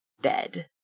bed